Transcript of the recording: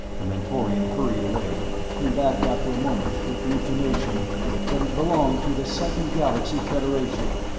the mentorian hurried away, came back after a moment with the information that it belonged to the second galaxy federation,